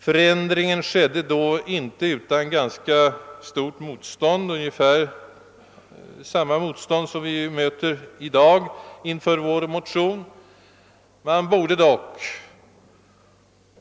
Förändringen skedde inte utan ganska stort motstånd, ungefär samma motstånd som vår motion möter i dag.